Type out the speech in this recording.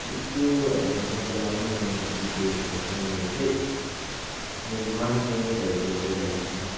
अनि त्यो ह्यान्ड पम्पको लामो लाइनमा उभिएको अनुभव चाहिँ मेरो नराम्रो नै गएको लाग्छ